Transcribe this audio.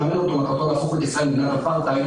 מטרתו להפוך את מדינת ישראל מדינת אפרטהייד